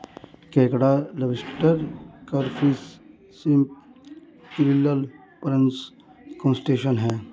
केकड़ा lobster crayfish shrimp krill prawns crustacean है